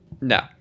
No